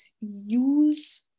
use